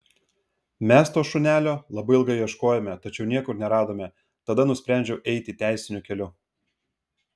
mes to šunelio labai ilgai ieškojome tačiau niekur neradome tada nusprendžiau eiti teisiniu keliu